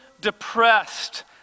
depressed